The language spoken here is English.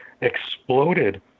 exploded